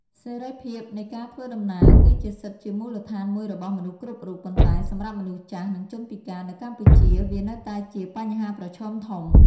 សេរីភាពនៃការធ្វើដំណើរ គឺជាសិទ្ធិជាមូលដ្ឋានមួយរបស់មនុស្សគ្រប់រូប ប៉ុន្តែសម្រាប់មនុស្សចាស់ និងជនពិការនៅកម្ពុជាវានៅតែជាបញ្ហាប្រឈមធំ។